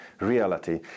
reality